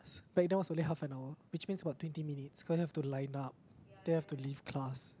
back then was only half an hour which means about twenty minutes go there have to line up then have to leave class